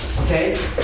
Okay